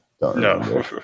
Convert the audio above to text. No